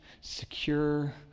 secure